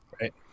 right